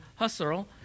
Husserl